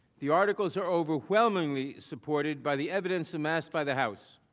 the articles are overwhelmingly supported by the evidence amassed by the house.